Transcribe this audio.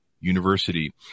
University